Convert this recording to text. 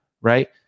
right